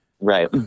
Right